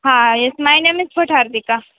હા yes my name is Bhatt Hardika